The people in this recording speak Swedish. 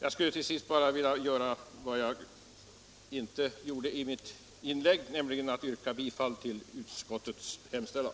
Jag skulle till sist bara vilja göra vad jag inte gjorde i mitt huvudinlägg, nämligen yrka bifall till utskottets hemställan.